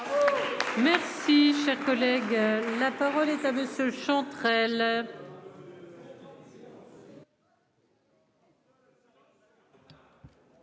Merci, cher collègue, la parole est à monsieur Marie.